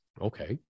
okay